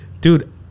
dude